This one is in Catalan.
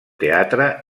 teatre